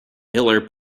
miller